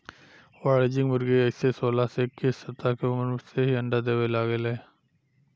वाणिज्यिक मुर्गी अइसे सोलह से इक्कीस सप्ताह के उम्र से ही अंडा देवे लागे ले